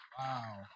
wow